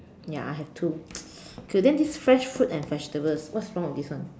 ya I have two so then this fresh fruit and vegetables what's wrong with this one